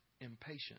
impatient